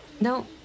No